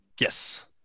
Yes